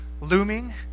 looming